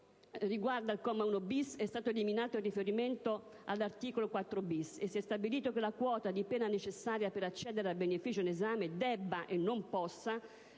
Per quanto riguarda il comma 1-*bis*, è stato eliminato il riferimento all'articolo 4-*bis* e si è stabilito che la quota di pena necessaria per accedere al beneficio in esame debba (e non possa)